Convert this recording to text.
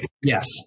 Yes